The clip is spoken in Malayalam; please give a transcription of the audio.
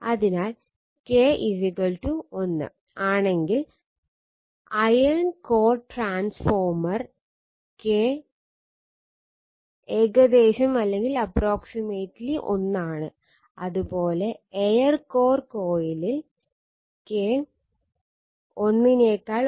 അതിനാൽ K1 ആണെങ്കിൽ അയേൺ കോർ ട്രാൻസ്ഫോർമർ K 1 ആണ്